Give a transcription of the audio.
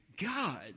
God